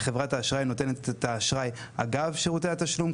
וחברת האשראי נותנת את האשראי אגב שירותי התשלום,